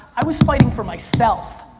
i was fighting for myself.